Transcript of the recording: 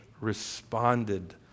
responded